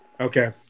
Okay